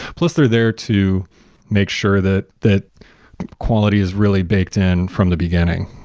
plus they're there to make sure that that quality is really baked in from the beginning,